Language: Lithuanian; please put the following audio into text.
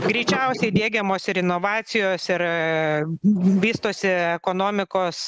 greičiausiai diegiamos ir inovacijos ir vystosi ekonomikos